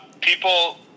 people